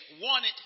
wanted